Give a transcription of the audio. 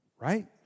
right